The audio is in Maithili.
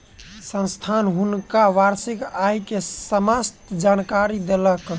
संस्थान हुनका वार्षिक आय के समस्त जानकारी देलक